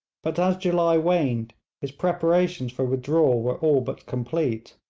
but as july waned his preparations for withdrawal were all but complete.